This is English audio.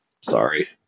Sorry